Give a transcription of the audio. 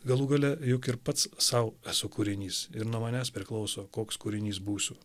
galų gale juk ir pats sau esu kūrinys ir nuo manęs priklauso koks kūrinys būsiu